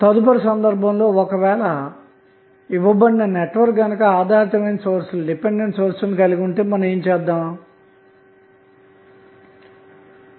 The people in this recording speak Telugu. తదుపరి సందర్భంలో ఒక వేళ ఇవ్వబడిన నెట్వర్క్ గనక ఆధారితమైన సోర్స్ లను కలిగి ఉంటె ఏమి చేయాలి